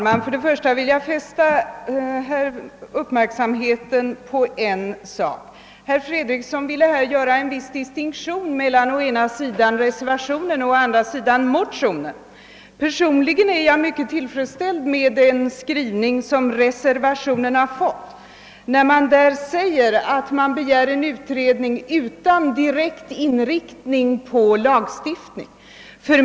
Herr talman! Herr Fredriksson ville göra en viss distinktion mellan å ena sidan reservationen och å andra sidan motionen. Personligen är jag mycket tillfredsställd med den skrivning som reservationen fått; man begär där en utredning utan direkt inriktning på lagstiftning.